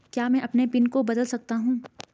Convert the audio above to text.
क्या मैं अपने पिन को बदल सकता हूँ?